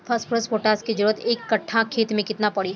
Phosphorus potash के जरूरत एक कट्ठा खेत मे केतना पड़ी?